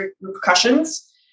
repercussions